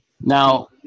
Now